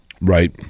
Right